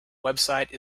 website